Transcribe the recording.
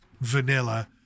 Vanilla